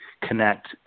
connect